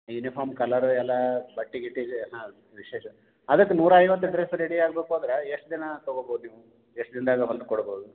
uniform colour ಎಲ್ಲ ಬಟ್ಟೆ ಗಿಟ್ಟೆದು ಹಾಂ ವಿಶೇಷ ಅದಕ್ಕೆ ನೂರಾ ಐವತ್ತು ಡ್ರೆಸ್ ರೆಡಿ ಆಗಬೇಕು ಅಂದ್ರೆ ಎಷ್ಟು ದಿನ ತೊಗೋಬೋದು ನೀವು ಎಷ್ಟು ದಿನದಾಗ ಹೊಲ್ದು ಕೊಡ್ಬೌದು